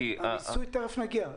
חמש מערכות בטיחות של אופנועים ב-2016,